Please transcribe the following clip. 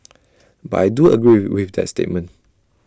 but I do agree with that statement